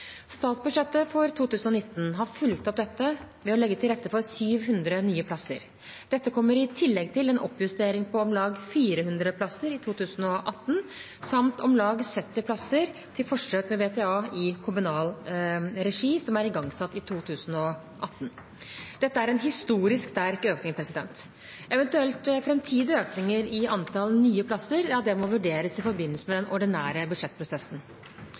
Statsbudsjettet for 2019 har fulgt opp dette ved å legge til rette for 700 nye plasser. Dette kommer i tillegg til en oppjustering på om lag 400 plasser i 2018 samt om lag 70 plasser til forsøk med VTA i kommunal regi som ble igangsatt i 2018. Dette er en historisk sterk økning. Eventuelle framtidige økninger i antall nye plasser må vurderes i forbindelse med den ordinære budsjettprosessen.